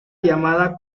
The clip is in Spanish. llamada